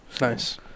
Nice